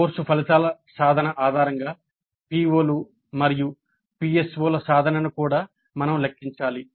course ఫలితాల సాధన ఆధారంగా పిఒలు మరియు పిఎస్ఓల సాధనను కూడా మనం లెక్కించాలి